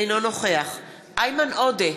אינו נוכח איימן עודה,